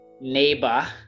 neighbor